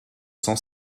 son